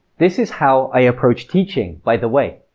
this is how i approach teaching, by the way.